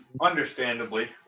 understandably